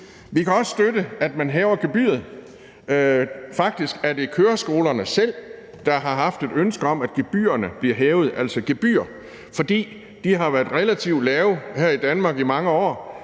Vi kan også støtte, at man hæver gebyret. Faktisk er det køreskolerne selv, der har haft et ønske om, at gebyrerne, altså gebyrerne, bliver hævet, fordi de har været relativt lave her i Danmark i mange år,